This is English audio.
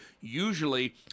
Usually